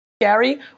Gary